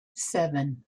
seven